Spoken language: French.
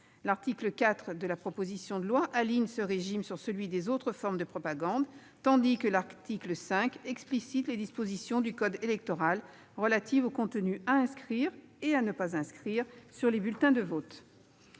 L'article 4 de la proposition de loi aligne ce régime sur celui des autres formes de propagande, tandis que l'article 5 explicite les dispositions du code électoral relatives au contenu à inscrire, et à ne pas inscrire, sur les bulletins de vote.